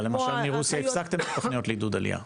אבל למשל מרוסיה הפסקתם את התוכניות לעידוד עלייה.